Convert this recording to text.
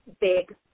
big